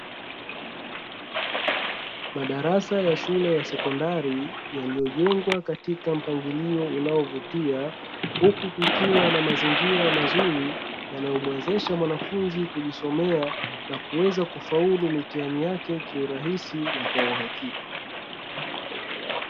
Madarasa ya shule ya sekondari, yaliyo jengwa katika mpangilio unao vutia. Huku kukiwa na mazingira mazuri, yanayo mwezesha mwanafunzi kujisomea na kuweza kufaulu mitihani yake kiurahisi na kwa uhakika.